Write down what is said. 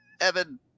Evan